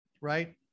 right